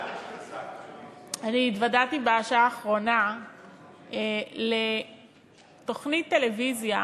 אני התוודעתי בשעה האחרונה לתוכנית טלוויזיה